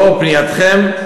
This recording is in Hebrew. לאור פנייתכם,